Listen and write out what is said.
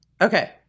Okay